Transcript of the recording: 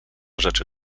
rzeczy